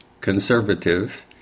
conservative